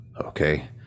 Okay